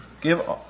give